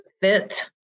fit